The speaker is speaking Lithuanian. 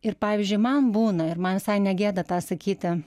ir pavyzdžiui man būna ir man visai negėda tą sakyti